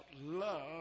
love